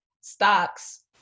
stocks